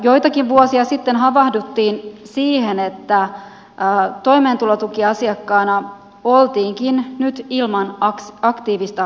joitakin vuosia sitten havahduttiin siihen että toimeentulotukiasiakkaana oltiinkin nyt ilman aktiivista sosiaalityötä